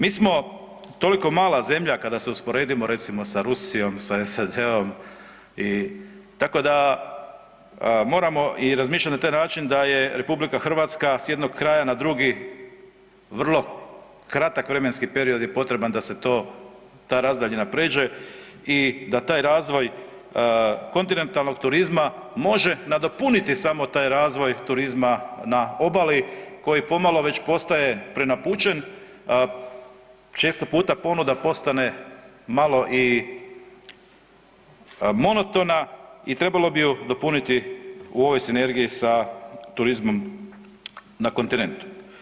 Mi smo toliko mala zemlja kada se usporedimo recimo sa Rusijom, sa SAD-om i tako da moramo i razmišljati i na taj način da je RH s jednog kraja na drugi vrlo kratak vremenski period je potreban da se to, ta razdaljina prijeđe i da taj razvoj kontinentalnog turizma može nadopuniti samo taj razvoj turizma na obali koji pomalo već postaje prenapučen, često puta ponuda postane malo i monotona i trebalo bi ju dopuniti u ovoj sinergiji sa turizmom na kontinentu.